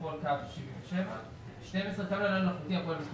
לכל קו 77. 12. קו נל"ן אלחוטי הפועל בתחום